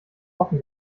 offen